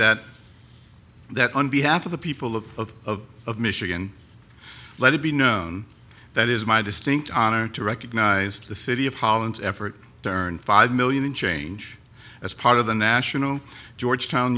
that that on behalf of the people of of michigan let it be known that is my distinct honor to recognize the city of holland's effort to earn five million in change as part of the national georgetown